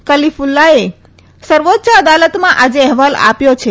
કલીક્લ્લાએ સર્વોચ્ય અદાલતમાં આજે અહેવાલ સોંપ્યો છે